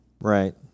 Right